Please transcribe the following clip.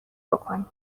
بکنی